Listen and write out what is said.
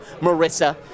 Marissa